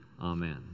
Amen